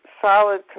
solid